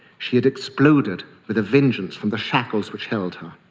she had exploded with a vengeance from the shackles which held her.